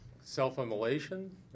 self-immolation